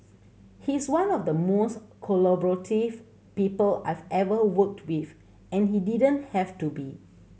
he's one of the most collaborative people I've ever worked with and he didn't have to be